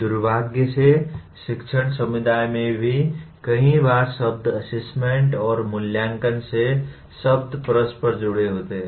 दुर्भाग्य से शिक्षण समुदाय में भी कई बार शब्द असेसमेंट और मूल्यांकन ये शब्द परस्पर जुड़े होते हैं